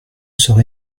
serait